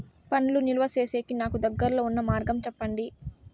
పండ్లు నిలువ సేసేకి నాకు దగ్గర్లో ఉన్న మార్గం చెప్పండి?